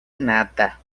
nada